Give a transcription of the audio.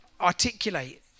articulate